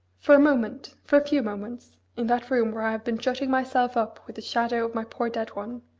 for a moment for a few moments in that room where i have been shutting myself up with the shadow of my poor dead one,